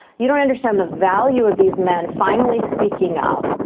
you don't understand the value of these men finally speaking up.